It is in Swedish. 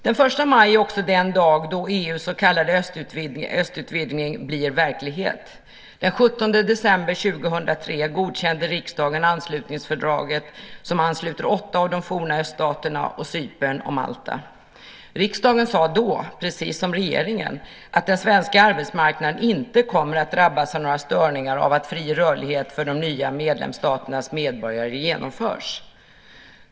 Den 1 maj är också den dag då EU:s så kallade östutvidgning blir verklighet. Den 17 december 2003 godkände riksdagen anslutningsfördraget som ansluter åtta av de forna öststaterna och Cypern och Malta. Riksdagen sade då, precis som regeringen, att den svenska arbetsmarknaden inte kommer att drabbas av några störningar av att fri rörlighet för de nya medlemsstaternas medborgare genomförs.